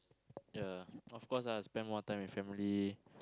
ya of course lah spend more time with family